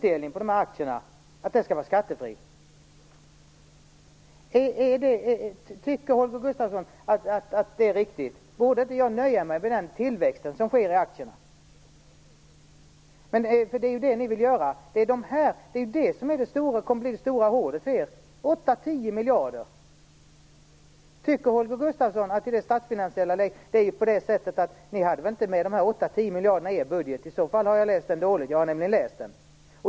Det är ju det ni vill åstadkomma. Tycker Holger Gustafsson att det är riktigt? Borde jag inte nöja mig med den tillväxt som sker i aktierna? Det är det som kommer att bli det stora hålet i er budget - 8-10 miljarder. Tycker Holger Gustafsson att det är motiverat i dagens statsfinansiella läge? Ni hade väl inte med dessa 8-10 miljarder i er budget? I så fall har jag läst den dåligt - jag har nämligen läst den.